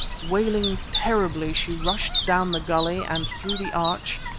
wailing terribly she rushed down the gulley and through the arch,